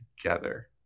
together